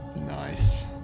Nice